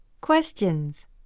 Questions